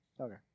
Okay